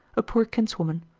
a poor kinswoman,